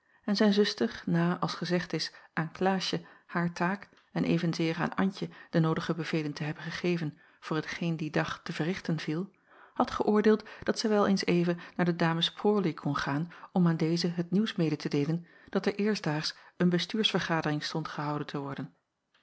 en zijn zuster na als gezegd is aan klaasje haar taak en evenzeer aan antje de noodige bevelen te hebben gegeven voor hetgeen dien dag te verrichten viel had geöordeeld dat zij wel eens even naar de dames prawley kon gaan om aan deze het nieuws mede te deelen dat er eerstdaags een bestuursvergadering stond gehouden te worden